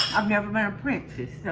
i've never been a princess.